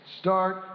Start